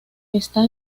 está